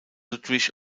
ludwig